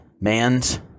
mans